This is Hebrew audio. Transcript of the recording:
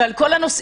ועל כל הנושאים,